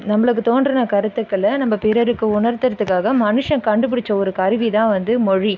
நம்பளுக்கு தோன்றின கருத்துக்களை நம்ப பிறருக்கு உணர்த்துறதுக்காக மனுஷன் கண்டுபிடிச்ச ஒரு கருவி தான் வந்து மொழி